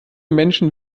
menschen